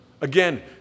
Again